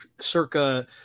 circa